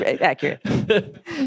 Accurate